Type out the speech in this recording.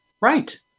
Right